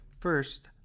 first